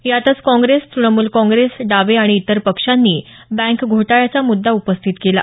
यातच काँग्रेस तुणमूल काँग्रेस डावे आणि इतर पक्षांनी बँक घोटाळ्याचा मुद्दा उपस्थित केला